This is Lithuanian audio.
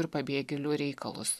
ir pabėgėlių reikalus